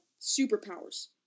superpowers